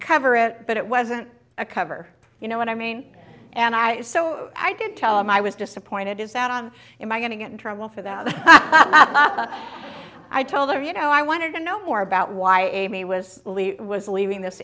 cover it but it wasn't a cover up you know what i mean and i is so i did tell him i was disappointed is that on am i going to get in trouble for that i'm i told her you know i wanted to know more about why amy was was leaving this